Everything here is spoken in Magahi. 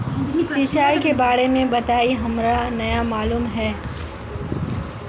सिंचाई के बारे में बताई हमरा नय मालूम है?